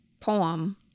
poem